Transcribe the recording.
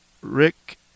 rick